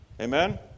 Amen